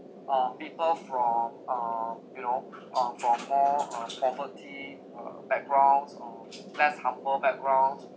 uh people from uh you know uh from more uh poverty uh backgrounds or less humble backgrounds